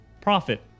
profit